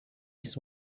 his